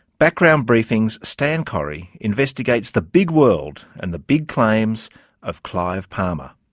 background briefing's stan correy investigates the big world and the big claims of clive palmer.